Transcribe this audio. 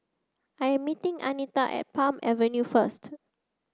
I am meeting Anitra at Palm Avenue first